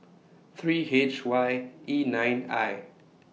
three H Y E nine I